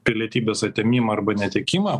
pilietybės atėmimą arba netekimą